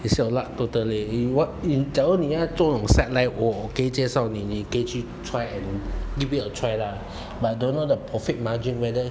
it's your luck totally you want 你假如你要做那种 side line 我可以介绍你你可以去 try and give it a try lah but don't know the profit margin whether